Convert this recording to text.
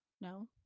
no